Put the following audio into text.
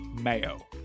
Mayo